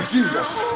Jesus